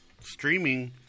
streaming